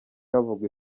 havugwa